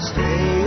Stay